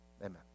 Amen